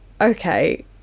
okay